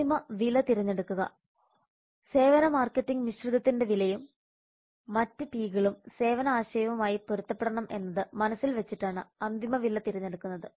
അന്തിമ വില തെരഞ്ഞെടുക്കുക സേവന മാർക്കറ്റിംഗ് മിശ്രിതത്തിന്റെ വിലയും മറ്റ് P കളും സേവന ആശയവുമായി പൊരുത്തപ്പെടണം എന്നത് മനസ്സിൽ വെച്ചിട്ടാണ് അന്തിമ വില തിരഞ്ഞെടുക്കുന്നത്